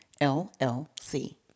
L-L-C